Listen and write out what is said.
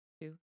two